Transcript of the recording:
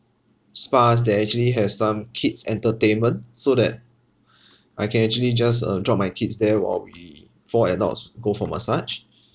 spas that actually have some kids entertainment so that I can actually just uh drop my kids there while we four adults go for massage